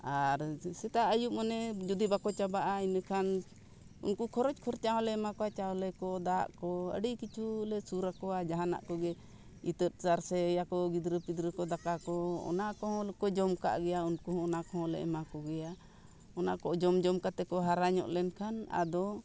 ᱟᱨ ᱥᱮᱛᱟᱜ ᱟᱹᱭᱩᱵ ᱢᱟᱱᱮ ᱡᱩᱫᱤ ᱵᱟᱠᱚ ᱪᱟᱵᱟᱜᱼᱟ ᱤᱱᱟᱹᱠᱷᱟᱱ ᱩᱱᱠᱩ ᱠᱷᱚᱨᱚᱪ ᱠᱷᱚᱨᱪᱟ ᱦᱚᱸᱞᱮ ᱮᱢᱟ ᱠᱚᱣᱟ ᱪᱟᱣᱞᱮ ᱠᱚ ᱫᱟᱜ ᱠᱚ ᱟᱹᱰᱤ ᱠᱤᱪᱷᱩ ᱞᱮ ᱥᱩᱨ ᱟᱠᱚᱣᱟ ᱡᱟᱦᱟᱱᱟᱜ ᱠᱚᱜᱮ ᱤᱛᱟᱹ ᱥᱟᱨ ᱥᱮᱭᱟᱠᱚ ᱜᱤᱫᱽᱨᱟᱹ ᱯᱤᱫᱽᱨᱟᱹ ᱠᱚ ᱫᱟᱠᱟ ᱠᱚ ᱚᱱᱟ ᱠᱚᱦᱚᱸ ᱠᱚ ᱡᱚᱢ ᱠᱟᱜ ᱜᱮᱭᱟ ᱩᱱᱠᱩ ᱦᱚᱸ ᱚᱱᱟ ᱠᱚᱦᱚᱸᱞᱮ ᱮᱢᱟ ᱠᱚᱜᱮᱭᱟ ᱚᱱᱟ ᱠᱚ ᱡᱚᱢ ᱡᱚᱢ ᱠᱟᱛᱮ ᱠᱚ ᱦᱟᱨᱟ ᱧᱚᱜ ᱞᱮᱱᱠᱷᱟᱱ ᱟᱫᱚ